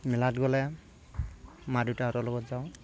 মেলাত গ'লে মা দেউতাহঁতৰ লগত যাঁও